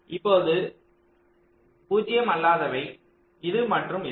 இப்போது 0 அல்லாதவை இது மற்றும் இது